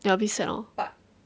ya a bit sad hor